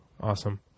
Awesome